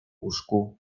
łóżku